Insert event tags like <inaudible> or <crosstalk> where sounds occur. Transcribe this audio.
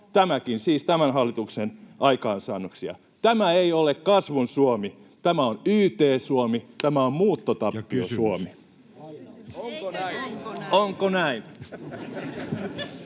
Tämäkin siis tämän hallituksen aikaansaannoksia. Tämä ei ole kasvun Suomi. Tämä on yt-Suomi. <noise> Tämä on